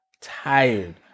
tired